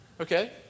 Okay